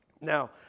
Now